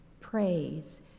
praise